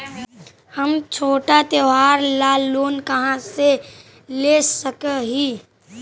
हम छोटा त्योहार ला लोन कहाँ से ले सक ही?